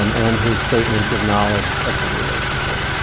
um and his statements of knowledge of the relationship.